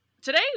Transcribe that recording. Today